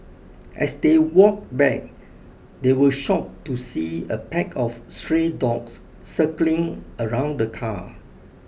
as they walked back they were shocked to see a pack of stray dogs circling around the car